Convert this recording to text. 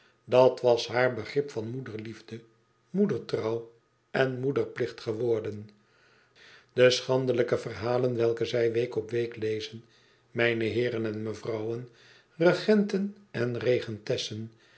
dat was haar begrip van moederliefde moedertrouw en moederplicht geworden de schandelijke verhalen welke wij week op week lezen mijne heeren en mevrouwen regenten en